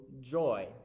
joy